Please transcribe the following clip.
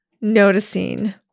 noticing